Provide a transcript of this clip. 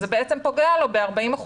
אז זה בעצם פוגע לו ב-40%,